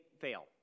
fail